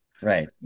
Right